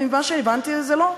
ממה שהבנתי, זה לא.